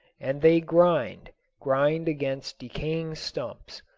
and they grind, grind against decaying stumps.